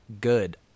good